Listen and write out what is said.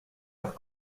heure